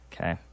Okay